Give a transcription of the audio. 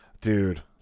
dude